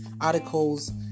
articles